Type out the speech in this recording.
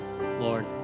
Lord